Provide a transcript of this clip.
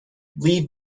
leave